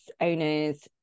owners